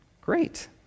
great